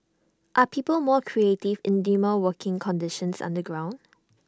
are people more creative in dimmer working conditions underground